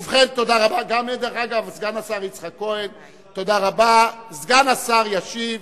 ובכן, תודה רבה, דרך אגב, גם לסגן השר יצחק כהן.